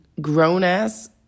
grown-ass